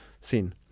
seen